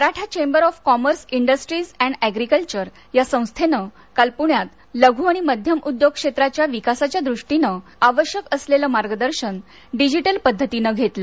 Maratha chamber of commerce industries and agriculture या संस्थेनं काल पुण्यात लघ् आणि मध्यम उद्योग क्षेत्राच्या विकासाच्या दृष्टीनं आवश्यक असलेलं मार्गदर्शन डिजिटल पद्धतीनं घेतलं